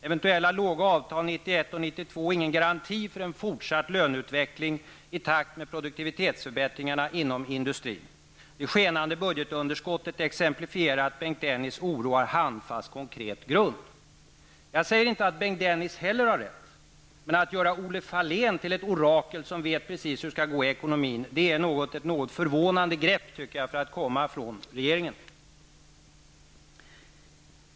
Eventuella låga avtal 1991 och 1992 är ingen garanti för en fortsatt löneutveckling i takt med produktivitetsförbättringarna inom industrin.- - Det skenande budgetunderskottet exemplifierar att Bengt Dennis oro har handfast konkret bakgrund.'' Jag säger inte att Bengt Dennis heller har rätt, men att göra Olle Fahlen till ett orakel som vet precis hur det skall gå i ekonomin det är något förvånande grepp för att komma från regeringen, tycker jag.